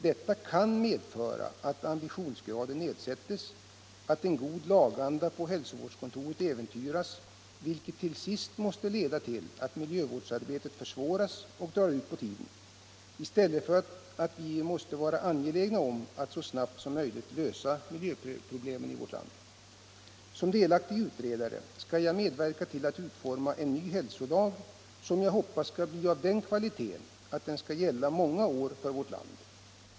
Detta kan medföra att ambitionsgraden nedsätts och att en god laganda på hälsovårdskontoret äventyras, vilket till sist måste leda till att miljövårdsarbetet försvåras och drar ut på tiden. En sådan utveckling skulle motverka vår strävan att så snabbt som möjligt lösa miljöproblemen i vårt land. Som delaktig utredare när det gäller översynen av hälsovårdsstadgan skall jag medverka till att utforma en ny hälsolag som jag hoppas skall bli av den kvaliteten att den skall gälla många år för vårt land.